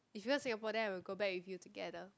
if you come Singapore then I will go back with you together